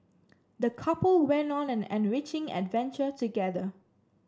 the couple went on an enriching adventure together